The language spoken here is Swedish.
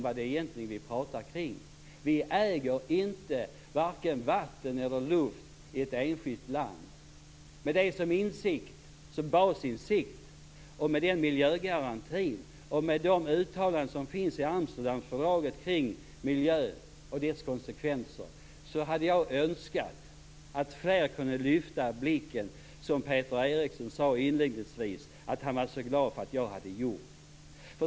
Vi äger varken vatten eller luft i ett enskilt land. Med tanke på denna basinsikt, på miljögarantin och på de uttalanden som finns i Amsterdamfördraget kring miljön och dess konsekvenser hade jag önskat att fler kunde lyfta blicken, som Peter Eriksson inledningsvis sade att han var så glad för att jag hade gjort.